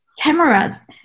cameras